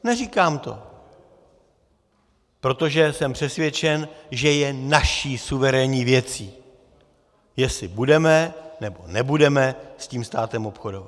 Neříkám to, protože jsem přesvědčen, že je naší suverénní věcí, jestli budeme, nebo nebudeme s tím státem obchodovat.